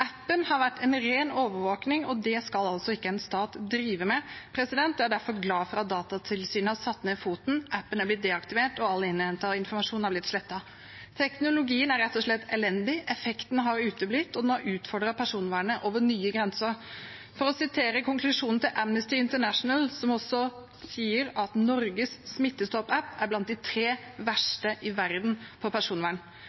Appen har vært en ren overvåking, og det skal altså ikke en stat drive med. Jeg er derfor glad for at Datatilsynet har satt ned foten, at appen har blitt deaktivert, og at all innhentet informasjon har blitt slettet. Teknologien er rett og slett elendig, effekten har uteblitt, og den har utfordret personvernet over nye grenser. I konklusjonen til Amnesty International sies det at Norges Smittestopp-app er blant de tre